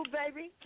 baby